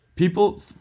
People